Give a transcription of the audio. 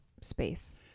space